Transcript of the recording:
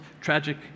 tragic